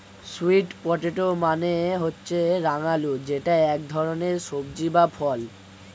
sweet potato মানে হচ্ছে রাঙা আলু যেটা এক ধরনের সবজি বা ফল